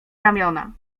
ramiona